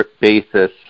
basis